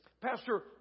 pastor